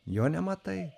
jo nematai